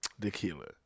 tequila